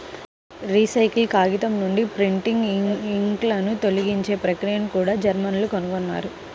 recycle కాగితం నుండి printing ఇంక్లను తొలగించే ప్రక్రియను కూడా జర్మన్లు కనుగొన్నారు